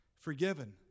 forgiven